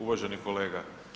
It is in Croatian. Uvaženi kolega.